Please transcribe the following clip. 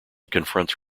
confronts